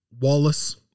Wallace